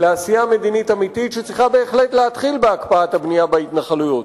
לעשייה מדינית אמיתית שצריכה בהחלט להתחיל בהקפאת הבנייה בהתנחלויות,